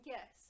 Yes